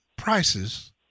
prices